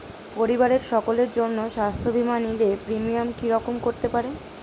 পরিবারের সকলের জন্য স্বাস্থ্য বীমা নিলে প্রিমিয়াম কি রকম করতে পারে?